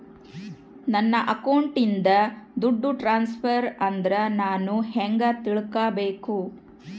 ನನ್ನ ಅಕೌಂಟಿಂದ ದುಡ್ಡು ಟ್ರಾನ್ಸ್ಫರ್ ಆದ್ರ ನಾನು ಹೆಂಗ ತಿಳಕಬೇಕು?